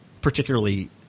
particularly